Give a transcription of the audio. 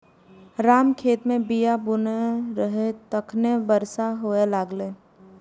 राम खेत मे बीया बुनै रहै, तखने बरसा हुअय लागलै